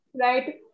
right